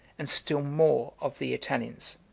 and still more of the italians.